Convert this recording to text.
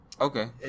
Okay